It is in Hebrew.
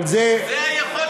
אבל זה, כי זו היכולת.